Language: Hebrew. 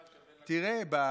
לממשלה, אמרתי: ואללה, שווה לקום.